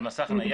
על מסך נייד?